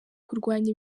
kurwanya